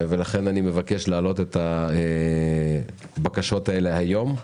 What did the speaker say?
לכן אני מבקש להעלות את הבקשות האלה היום,